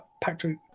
Patrick